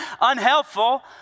unhelpful